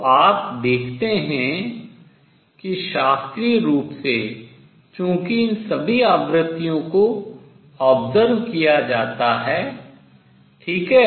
तो आप देखते हैं कि शास्त्रीय रूप से चूंकि इन सभी आवृत्तियों को देखा observed किया जाता है ठीक है